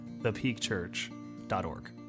thepeakchurch.org